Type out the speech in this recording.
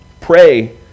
Pray